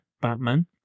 Batman